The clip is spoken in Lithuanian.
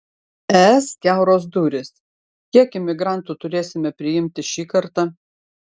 es kiauros durys kiek imigrantų turėsime priimti šį kartą